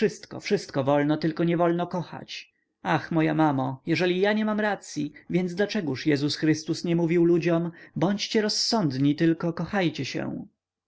wszystko wszystko wolno tylko nie wolno kochać ach moja mamo jeżeli ja nie mam racyi więc dlaczegóż jezus chrystus nie mówił ludziom bądźcie rozsądni tylko kochajcie się